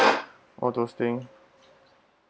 all those thing